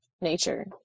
nature